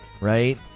right